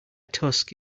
tusk